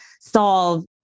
solve